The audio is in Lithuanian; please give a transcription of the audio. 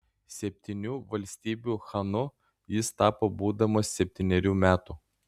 septynių valstybių chanu jis tapo būdamas septynerių metų